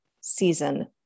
season